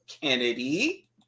Kennedy